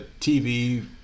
TV